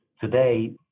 today